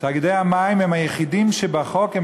תאגידי המים הם היחידים שבחוק,